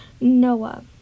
Noah